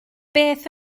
beth